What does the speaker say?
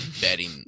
betting